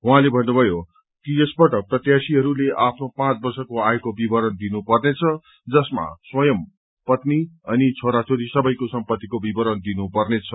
उहाँले भन्नुभयो कि यसपल्ट प्रत्याशीहरूले आफ्नो पाँच वर्षको आयको विवरण दिनुपर्नेछ जसमा स्वंय पत्नी अनि छोरा छोरी सबैको सम्पत्तिको विवरण दिनु पर्नेछ